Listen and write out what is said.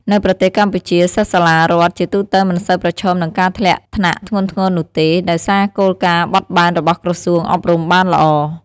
នៅប្រទេសកម្ពុជា សិស្សសាលារដ្ឋជាទូទៅមិនសូវប្រឈមនឹងការធ្លាក់ថ្នាក់ធ្ងន់ធ្ងរនោះទេ ដោយសារគោលការណ៍បត់បែនរបស់ក្រសួងអប់រំបានល្អ។